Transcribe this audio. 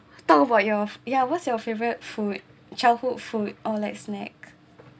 talk about your ya what's your favourite food childhood food or like snack